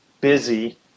busy